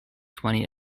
twenty